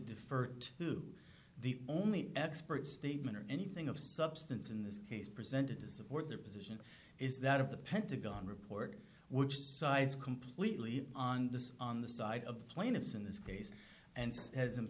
defer to the only expert statement or anything of substance in this case presented to support their position is that of the pentagon report which side is completely on this on the side of the plaintiffs in this case and